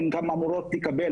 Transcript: הן גם אמורות לקבל,